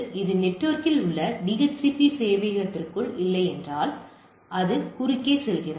இது நெட்வொர்க்கில் உள்ள DHCP சேவையகத்திற்குள் இல்லையென்றால் அது குறுக்கே செல்கிறது